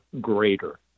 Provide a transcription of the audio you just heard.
greater